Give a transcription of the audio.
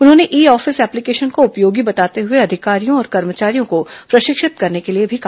उन्होंने e office application को उपयोगी बताते हुए अधिकारियों और कर्मचारियों को प्रशिक्षित करने के लिए भी कहा